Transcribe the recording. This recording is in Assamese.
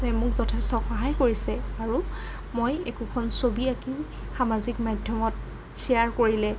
নে মোক যথেষ্ট সহায় কৰিছে আৰু মই একোখন ছবি আকি সামাজিক মাধ্যমত শ্ৱেয়াৰ কৰিলে